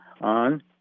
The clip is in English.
on